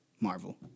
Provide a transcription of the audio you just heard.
marvel